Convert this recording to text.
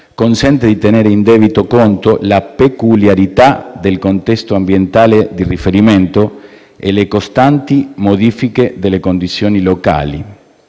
consente di tenere in debito conto la peculiarità del contesto ambientale di riferimento e le costanti modifiche delle condizioni locali.